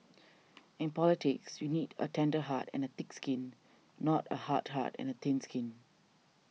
in politics you need a tender heart and a thick skin not a hard heart and thin skin